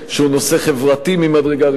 שהוא נושא חברתי ממדרגה ראשונה,